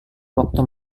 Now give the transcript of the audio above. waktu